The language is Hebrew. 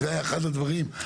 זה אחד הדברים,